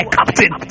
Captain